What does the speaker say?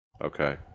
Okay